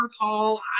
call